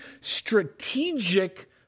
strategic